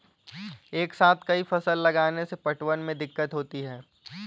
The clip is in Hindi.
एक साथ कई फसल लगाने से पटवन में दिक्कत होती है